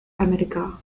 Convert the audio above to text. america